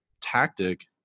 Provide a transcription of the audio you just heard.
tactic